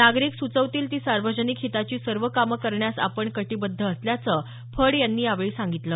नागरिक सुचवतील ती सार्वजनिक हिताची सर्व कामं करण्यास आपण कटिबद्ध असल्याचं फड यांनी यावेळी सांगितलं